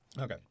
Okay